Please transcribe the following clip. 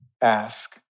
Ask